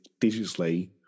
digitally